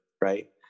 right